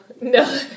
no